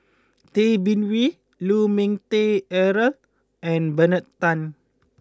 Tay Bin Wee Lu Ming Teh Earl and Bernard Tan